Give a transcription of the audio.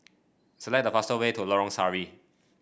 select the faster way to Lorong Sari